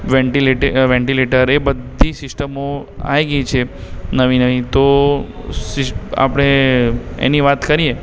વેંટિલેટે ventilator એ બધી સિસ્ટમો આવી ગઈ છે નવી નવી તો સીસ આપણે એની વાત કરીએ